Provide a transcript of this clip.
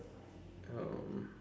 um